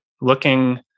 looking